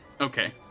okay